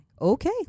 Okay